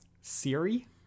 siri